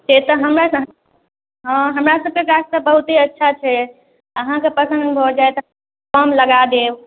से तऽ हमर सँ हाँ हमरासबके गाछ तऽ बहुते अच्छा छै अहाँके पसन्द भऽ जाइ तऽ कम लगा देब